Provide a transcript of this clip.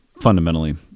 Fundamentally